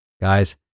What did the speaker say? Guys